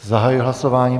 Zahajuji hlasování.